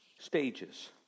stages